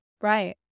Right